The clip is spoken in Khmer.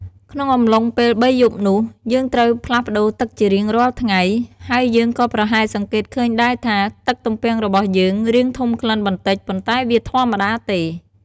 ក្នុងអំឡុងពេល៣យប់នោះ យើងត្រូវផ្លាស់ប្តូរទឹកជារៀងរាល់ថ្ងៃ ហើយយើងក៏ប្រហែលសង្កេតឃើញដែរថា ទឹកទំពាំងរបស់យើងរាងធំក្លិនបន្តិច ប៉ុន្តែវាធម្មតាទេ។